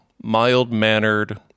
mild-mannered